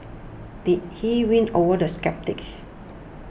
did he win over the sceptics